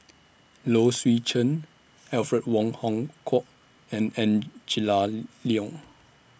Low Swee Chen Alfred Wong Hong Kwok and Angela Liong